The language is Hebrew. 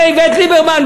זה איווט ליברמן,